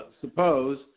Suppose